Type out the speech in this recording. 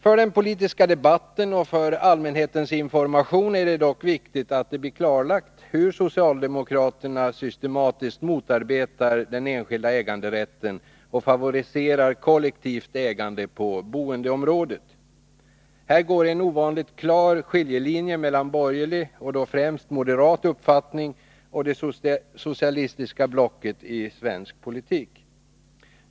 För den politiska debatten och för allmänhetens information är det dock viktigt att det blir klarlagt hur socialdemokraterna systematiskt motarbetar den enskilda äganderätten och favoriserar kollektivt ägande på boendeområdet. Här går en ovanligt klar skiljelinje mellan borgerlig — och då främst moderat — uppfattning och det socialistiska blocket i svensk politik.